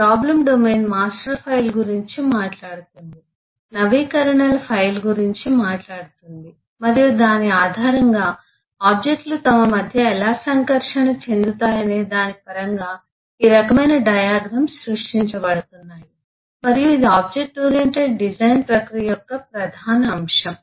problem domain master file గురించి మాట్లాడుతుంది నవీకరణల ఫైలు గురించి మాట్లాడుతుంది మరియు దాని ఆధారంగా ఆబ్జెక్ట్లు తమ మధ్య ఎలా సంకర్షణ చెందుతాయనే దాని పరంగా ఈ రకమైన డయాగ్రమ్స్ సృష్టించబడుతున్నాయి మరియు ఇది ఆబ్జెక్ట్ ఓరియెంటెడ్ డిజైన్ ప్రక్రియ యొక్క ప్రధాన అంశం